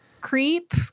creep